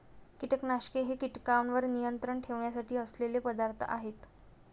कीटकनाशके हे कीटकांवर नियंत्रण ठेवण्यासाठी असलेले पदार्थ आहेत